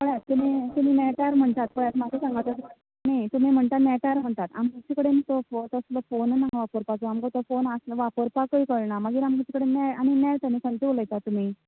पळयात तुमी तुमी नॅटार म्हणटात पयात म्हाका सांगात न्ही तुमी म्हणटा नेटार म्हणटात आमचे कडेन तो तसलो फोन ना वापरपाचो आमकां तसलो वापरपाकूय कळना मागीर आनी नॅट खंयचे उलयतात तुमी